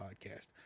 Podcast